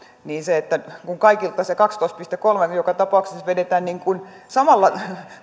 kun kaikilta se kaksitoista pilkku kolme nyt joka tapauksessa vedetään samalla